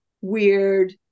weird